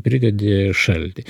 pridedi šaltį